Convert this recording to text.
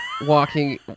walking